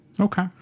Okay